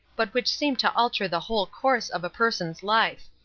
but which seem to alter the whole course of a person's life.